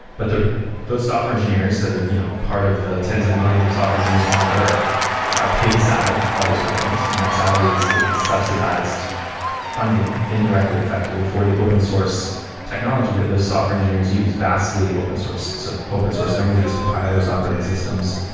but those software engineers that are you know part of the tens of millions of software engineers on earth are paid a salary by those companies, and that salary is the the subsidized funding indirectly effectively for the open source technology that those software engineers use. vastly open source. so open source languages, compilers, operating systems,